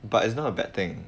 but it's not a bad thing